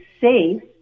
safe